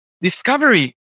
discovery